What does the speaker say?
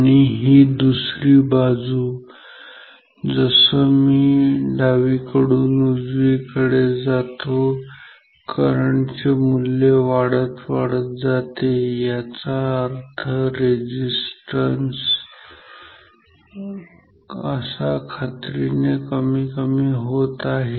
आणि ही बाजू जसं मी डावीकडून उजवीकडे जातो करंट चे मूल्य वाढत वाढत जाते याचा अर्थ रेझिस्टन्स असे खात्रीने कमी कमी होत आहे